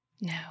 No